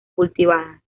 cultivadas